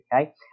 okay